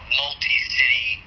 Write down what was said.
multi-city